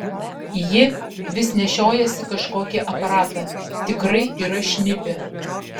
ji vis nešiojasi kažkokį aparatą tikrai yra šnipė